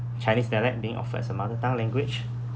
chinese dialect being offered as a mother tongue language